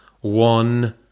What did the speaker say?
one